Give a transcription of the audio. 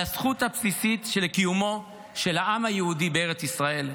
הזכות הבסיסית לקיומו של העם היהודי בארץ ישראל.